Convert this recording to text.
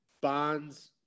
Bonds